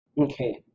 Okay